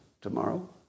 tomorrow